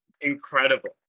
Incredible